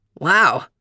Wow